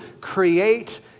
create